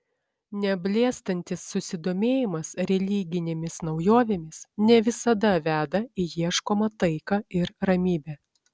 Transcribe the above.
neblėstantis susidomėjimas religinėmis naujovėmis ne visada veda į ieškomą taiką ir ramybę